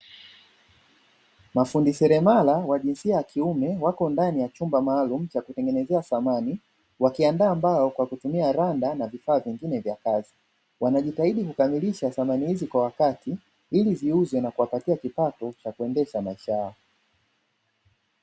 Mafundi seremala wa jinsia ya kiume wako ndani ya chumba maalumu cha kutengenezea samani, wakiaandaa mbao kwakutumia randa na vifaa vingine vya kazi wanajitahidi kukamilisha samani hizi kwa wakati ili ziuzwe na kuwapatia kipato chakuendesha maisha yao.